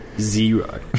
zero